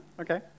Okay